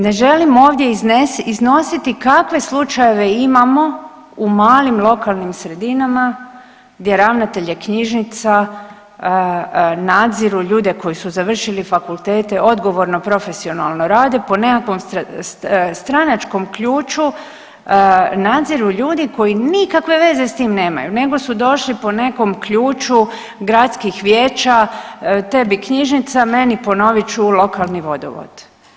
Ne želim ovdje iznositi kakve slučajeve imamo u malim lokalnim sredinama gdje ravnatelje knjižnica nadziru ljude koji su završili fakultete odgovorno profesionalno rade po nekakvom stranačkom ključu nadziru ljudi koji nikakve veze s tim nemaju nego su došli po nekom ključu gradskih vijeća te bi knjižica meni ponovit ću lokalni vodovod.